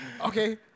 Okay